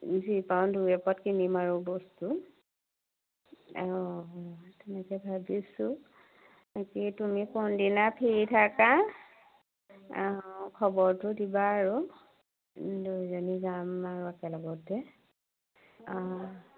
যি পাওঁ দুই এপদ কিনিম আৰু বস্তু এঅ তেনেকে ভাবিছোঁ বাকী তুমি কোনদিনা ফ্ৰী থাকা এও খবৰটো দিবা আৰু দুইজনী যাম আৰু একেলগতে অ